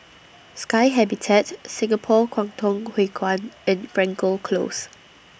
Sky Habitat Singapore Kwangtung Hui Kuan and Frankel Close